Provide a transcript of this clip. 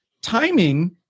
timing